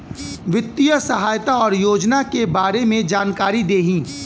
वित्तीय सहायता और योजना के बारे में जानकारी देही?